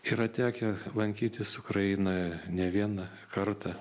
yra tekę lankytis ukrainoje ne vieną kartą